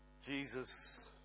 Jesus